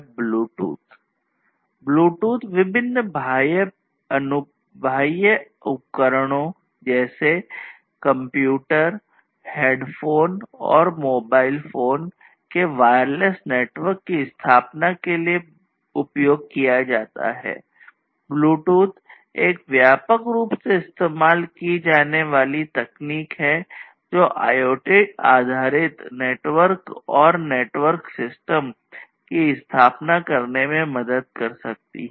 Bluetooth की स्थापना करने में मदद कर सकती है